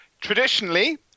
traditionally